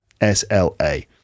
SLA